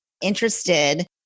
interested